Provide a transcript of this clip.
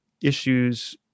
issues